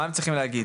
מה הם צריכים להגיד?